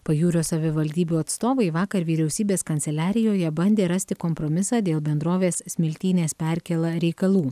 pajūrio savivaldybių atstovai vakar vyriausybės kanceliarijoje bandė rasti kompromisą dėl bendrovės smiltynės perkėla reikalų